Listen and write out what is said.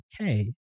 okay